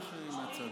או מהצד?